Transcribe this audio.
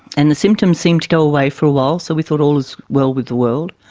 and the symptoms seemed to go away for a while, so we thought all was well with the world.